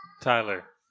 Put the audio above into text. Tyler